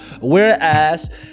Whereas